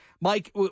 Mike